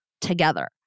together